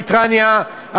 בריטניה,